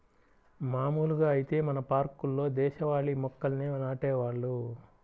మాములుగా ఐతే మన పార్కుల్లో దేశవాళీ మొక్కల్నే నాటేవాళ్ళు